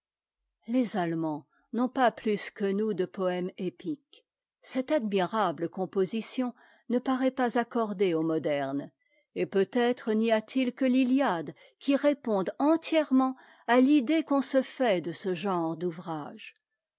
les allemands n'ont pas plus que nous de poëme épique cette admirable composition ne paraît pas accordée aux modernes et peut-être n'y a t it que l'iliade qui réponde entièrement à l'idée qu'on se fait de ce genre d'ouvrage